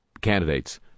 candidates